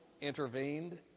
intervened